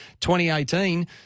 2018